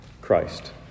Christ